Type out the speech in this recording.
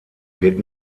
wird